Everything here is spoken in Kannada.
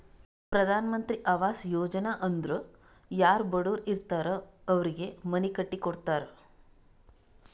ಪ್ರಧಾನ್ ಮಂತ್ರಿ ಆವಾಸ್ ಯೋಜನಾ ಅಂದುರ್ ಯಾರೂ ಬಡುರ್ ಇರ್ತಾರ್ ಅವ್ರಿಗ ಮನಿ ಕಟ್ಟಿ ಕೊಡ್ತಾರ್